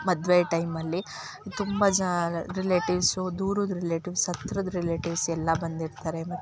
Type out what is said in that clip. ಮದುವೆ ಟೈಮಲ್ಲಿ ತುಂಬ ಜಾ ರಿಲೇಟಿವ್ಸು ದೂರದ ರಿಲೇಟಿವ್ಸ್ ಹತ್ರದ ರಿಲೇಟಿವ್ಸ್ ಎಲ್ಲ ಬಂದಿರ್ತಾರೆ